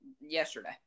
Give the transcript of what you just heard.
yesterday